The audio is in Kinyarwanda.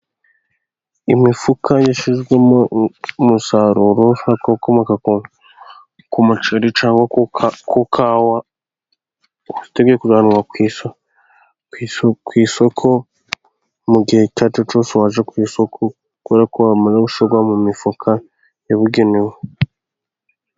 Imifuka yashyizwemo umusaruro ukokomoka ku muceri cyangwa ku ikawa. Uteguriwe kujyanwa ku isoko mu gihe icyo ari cyo cyose wajyanwa ku isoko kubera ko wamaze gushyirwa mu mifuka yabugenewe.